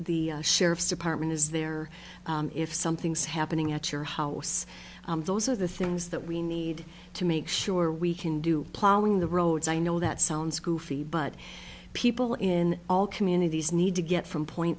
the sheriff's department is there if something's happening at your house those are the things that we need to make sure we can do plowing the roads i know that sounds goofy but people in all communities need to get from point